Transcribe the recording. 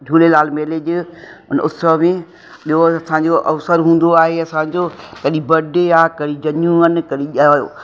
झूलेलाल मेले जो उत्सव बि ॿियो असांजो अवसर हूंदो आहे असांजो कॾहिं बर्थडे आहे कॾहिं जनेऊ आहिनि कॾहिं